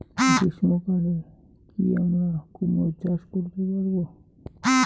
গ্রীষ্ম কালে কি আমরা কুমরো চাষ করতে পারবো?